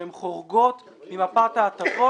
שהן חורגות ממפת ההטבות.